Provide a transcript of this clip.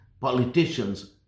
politicians